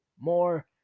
more